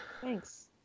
thanks